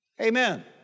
Amen